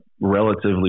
relatively